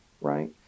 right